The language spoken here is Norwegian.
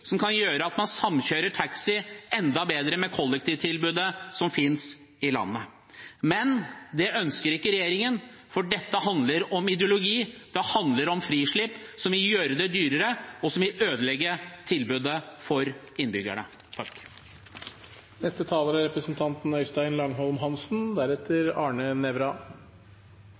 som kan gjøre at man samkjører taxi enda bedre med kollektivtilbudet som finnes i landet. Men det ønsker ikke regjeringen, for dette handler om ideologi, det handler om frislipp – som vil gjøre det dyrere, og som vil ødelegge tilbudet for innbyggerne. Ingen har nevnt Forbrukerrådet, sa statsråden – to ganger. Det er